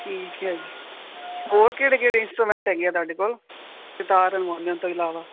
ਠੀਕ ਹੈ ਜੀ ਹੋਰ ਕਿਹੜੇ ਕਿਹੜੇ ਇੰਸਟਰੂਮੈਂਟ ਹੈਗੇ ਤੁਹਾਡੇ ਕੋਲ ਸਿਤਾਰ ਹਰਮੋਨੀਅਮ ਤੋਂ ਇਲਾਵਾ